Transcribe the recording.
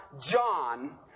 John